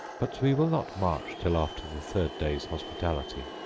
but we will not march till after the third day's hospitality.